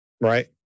right